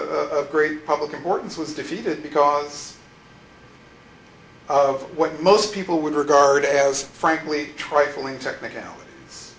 great public importance was defeated because of what most people would regard as frankly trifling technicalit